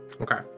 Okay